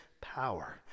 power